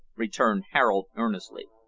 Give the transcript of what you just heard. returned harold earnestly.